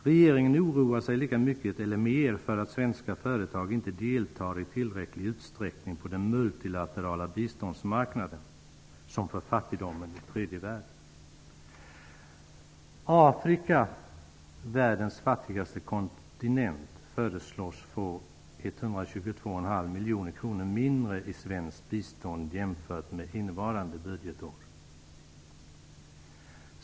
Regeringen oroar sig lika mycket, eller mer, för att svenska företag inte i tillräcklig utsträckning deltar på den multilaterala biståndsmarknaden som för fattigdomen i tredje världen. Afrika, världens fattigaste kontinent, föreslås få 122,5 miljoner kronor mindre i svenskt bistånd jämfört med innevarande budgetår.